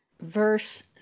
Verse